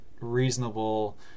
reasonable